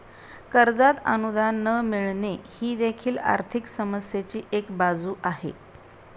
कर्जात अनुदान न मिळणे ही देखील आर्थिक समस्येची एक बाजू आहे